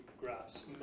graphs